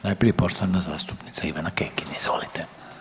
Najprije poštovana zastupnica Ivana Kekin, izvolite.